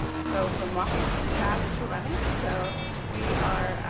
go from walking really fast to running, so we are